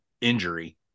injury